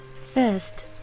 first